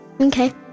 Okay